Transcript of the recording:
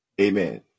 Amen